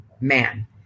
man